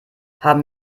haben